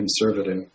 conservative